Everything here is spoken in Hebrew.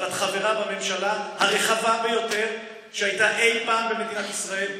אבל את חברה בממשלה הרחבה ביותר שהייתה אי פעם במדינת ישראל,